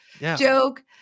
joke